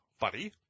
buddy